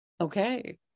okay